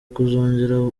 kuzongera